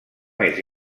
més